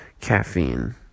caffeine